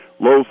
Low